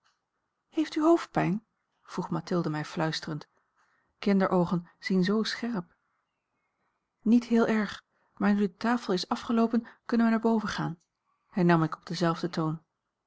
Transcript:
heeft u hoofdpijn vroeg mathilde mij fluisterend kinderoogen zien z scherp niet heel erg maar nu de tafel is afgeloopen kunnen wij naar boven gaan hernam ik op denzelfden toon